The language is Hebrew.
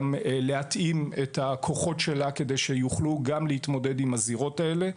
להתאים את הכוחות שלה כדי שיוכלו גם להתמודד עם הזירות האלו.